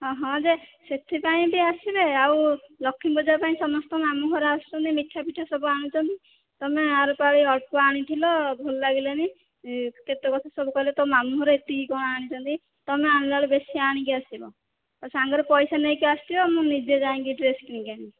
ହଁ ହଁ ଯେ ସେଥିପାଇଁ ବି ଆସିବେ ଆଉ ଲକ୍ଷ୍ମୀ ପୂଜା ପାଇଁ ସମସ୍ତ ମାମୁଁ ଘର ଆସୁଛନ୍ତି ମିଠା ପିଠା ସବୁ ଆଣୁଛନ୍ତି ତୁମେ ଆର ପାଳି ଅଳ୍ପ ଆଣିଥିଲ ଭଲ ଲାଗିଲାନି କେତେ କଥା ସବୁ କହିଲେ ତୋ ମାମୁଁ ଘର ଏତିକି କ'ଣ ଆଣିଛନ୍ତି ତୁମେ ଆଣିଲା ବେଳୁ ବେଶୀ ଆଣିକି ଆସିବ ସାଙ୍ଗରେ ପଇସା ନେଇକି ଆସିଥିବ ମୁଁ ନିଜେ ଯାଇକି ଡ୍ରେସ୍ କିଣିକି ଆଣିବି